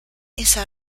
esa